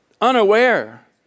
unaware